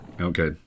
Okay